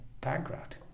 bankrupt